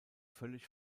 völlig